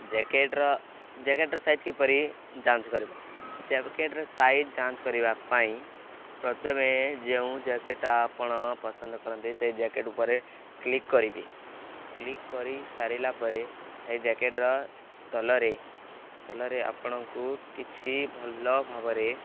ଜ୍ୟାକଟ୍ର ଜ୍ୟାକେଟ୍ର ସାଇଜ୍ କିପରି ଯାଞ୍ଚ କରିବ ଜ୍ୟାକେଟ୍ର ସାଇଜ୍ ଯାଞ୍ଚ କରିବା ପାଇଁ ପ୍ରଥମେ ଯେଉଁ ଜ୍ୟାକେଟ୍ଟା ଆପଣ ପସନ୍ଦ କରନ୍ତି ସେ ଜ୍ୟାକେଟ୍ ଉପରେ କ୍ଲିକ୍ କରିବେ କ୍ଲିକ୍ କରିସାରିଲା ପରେ ସେ ଜ୍ୟାକେଟ୍ର ତଳରେ ତଳରେ ଆପଣଙ୍କୁ କିଛି ଭଲ ଭାବରେ